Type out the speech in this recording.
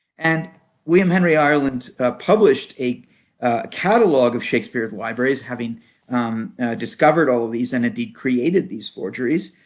and william henry ireland published a catalog of shakespeare's libraries, having discovered all of these and indeed created these forgeries.